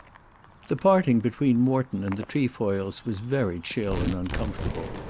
the parting between morton and the trefoils was very chill and uncomfortable.